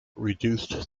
reduced